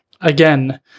again